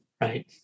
Right